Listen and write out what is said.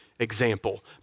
example